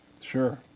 Sure